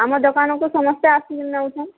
ଆମ ଦୋକାନକୁ ସମସ୍ତେ ଆସିକିରି ନେଉଛନ୍